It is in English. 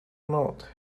not